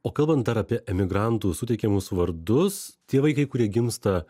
o kalbant dar apie emigrantų suteikiamus vardus tie vaikai kurie gimsta